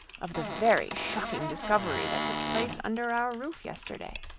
of the very shocking discovery that took place under our roof yesterday.